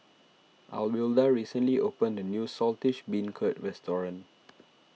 Alwilda recently opened a new Saltish Beancurd restaurant